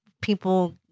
people